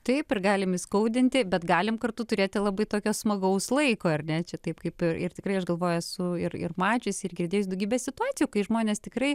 taip ir galim įskaudinti bet galim kartu turėti labai tokio smagaus laiko ir net čia taip kaip ir ir tikrai aš galvoju esu ir mačiusi ir girdėjus daugybę situacijų kai žmonės tikrai